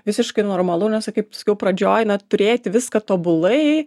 visiškai normalu nes jau kaip sakiau pradžioj na turėti viską tobulai